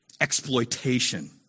exploitation